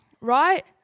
right